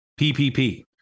PPP